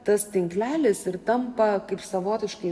tas tinklelis ir tampa kaip savotiškai